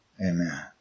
Amen